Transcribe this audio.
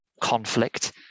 conflict